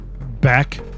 back